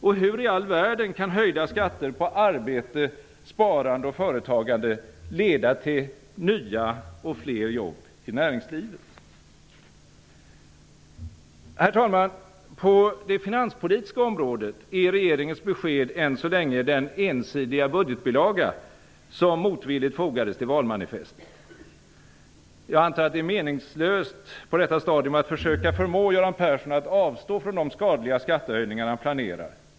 och hur i all världen kan höjda skatter på arbete, sparande och företagande leda till nya och fler jobb i näringslivet? Herr talman! På det finanspolitiska området är regeringens besked än så länge den ensidiga budgetbilaga som motvilligt fogades till valmanifestet. Jag antar att det är meningslöst på detta stadium att försöka förmå Göran Persson att avstå från de skadliga skattehöjningar som han planerar.